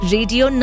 Radio